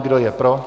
Kdo je pro?